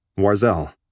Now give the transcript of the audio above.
Warzel